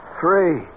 three